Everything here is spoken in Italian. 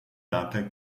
date